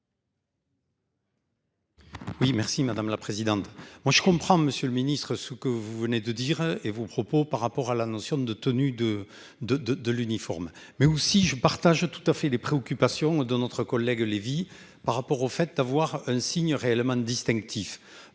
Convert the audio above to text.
Oui merci madame la présidente, moi je comprends Monsieur le Ministre, ce que vous venez de dire et vos propos par rapport à la notion de tenue de de de de l'uniforme, mais aussi je partage tout à fait les préoccupations de notre collègue Lévy par rapport au fait d'avoir un signe réellement distinctif.